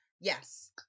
yes